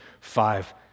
five